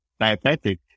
diabetic